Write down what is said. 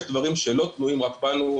יש דברים שלא תלויים רק בנו,